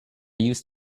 use